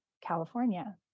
California